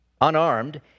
Unarmed